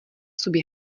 sobě